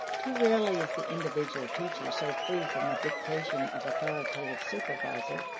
too rarely is the individual teacher so free from the dictation of authoritative supervisor,